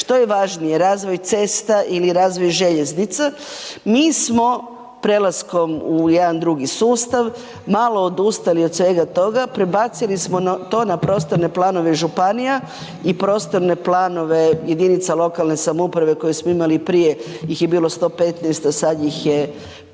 što je važnije, razvoj cesta ili razvoj željeznica. Mi smo prelaskom u jedan drugi sustav, malo odustali od svega toga, prebacili smo to na prostorne planove županija i prostorne planove jedinica lokalne samouprave koje smo imali, prije ih je bilo 115, a sad ih je 556 i